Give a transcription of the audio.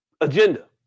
agenda